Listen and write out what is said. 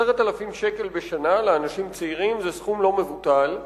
10,000 שקל בשנה לאנשים צעירים זה סכום לא מבוטל,